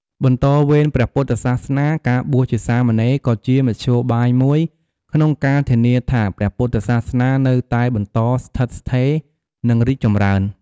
បន្តវេនព្រះពុទ្ធសាសនា ការបួសជាសាមណេរក៏ជាមធ្យោបាយមួយក្នុងការធានាថាព្រះពុទ្ធសាសនានៅតែបន្តស្ថិតស្ថេរ និងរីកចម្រើន។